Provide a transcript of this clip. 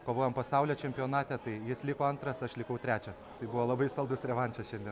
kovojom pasaulio čempionate tai jis liko antras aš likau trečias tai buvo labai saldus revanšas šiandien